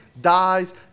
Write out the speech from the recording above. dies